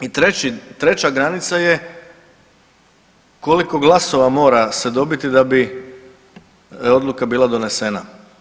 I treći, treća granica je koliko glasova mora se dobiti da bi odluka bila donesena.